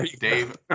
Dave